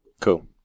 Cool